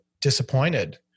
disappointed